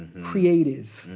creative.